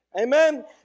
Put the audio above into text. amen